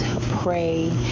pray